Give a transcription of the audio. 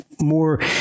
more